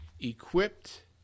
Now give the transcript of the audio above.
equipped